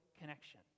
connection